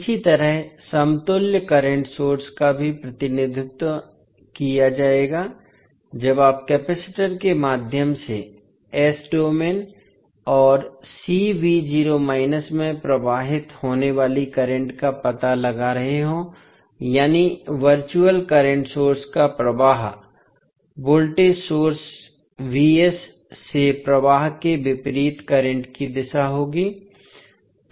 इसी तरह समतुल्य करंट सोर्स का भी प्रतिनिधित्व किया जाएगा जब आप केपैसिटर के माध्यम से s डोमेन और में प्रवाहित होने वाली करंट का पता लगा रहे हों यानी वर्चुअल करंट सोर्स का प्रवाह वोल्टेज सोर्स से प्रवाह के विपरीत करंट की दिशा होगी